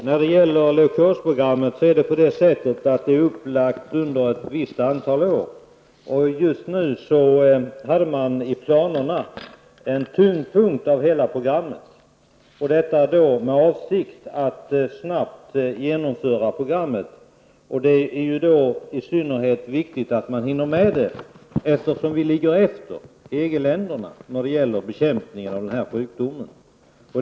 Fru talman! Leukosprogrammet är upplagt under ett visst antal år. Enligt planerna skulle tyngdpunkten i programmets genomförande äga rum nu i syfte att snabbt genomföra hela programmet. Det är viktigt att hinna med det, eftersom vi ligger efter EG-länderna när det gäller bekämpning av sjukdomen leukos.